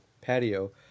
patio